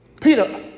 Peter